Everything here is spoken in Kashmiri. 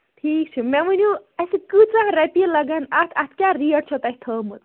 ٹھیٖک چھُ مےٚ ؤنِو اَسہِ کۭژاہ رۄپیہِ لَگن اَتھ اَتھ کیاہ رٮ۪ٹ چھَو تۄہہِ تھومٕژ